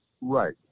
Right